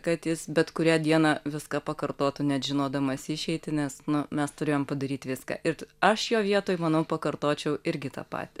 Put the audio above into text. kad jis bet kurią dieną viską pakartotų net žinodamas išeitį nes nu mes turėjom padaryt viską ir aš jo vietoj manau pakartočiau irgi tą patį